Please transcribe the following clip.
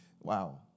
wow